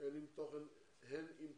הן עם תוכן אובדני.